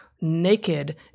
naked